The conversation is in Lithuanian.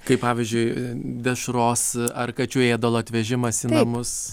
kai pavyzdžiui dešros ar kačių ėdalo atvežimas į namus